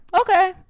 okay